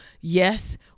Yes